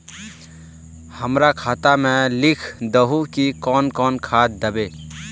हमरा खाता में लिख दहु की कौन कौन खाद दबे?